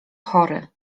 chory